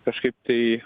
kažkaip tai